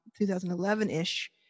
2011-ish